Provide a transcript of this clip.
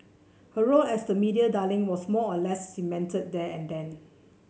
her role as the media darling was more or less cemented there and then